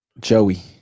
Joey